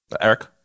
Eric